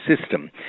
system